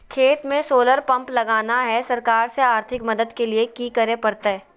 खेत में solar pump लगाना है, सरकार से आर्थिक मदद के लिए की करे परतय?